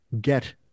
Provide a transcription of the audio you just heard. Get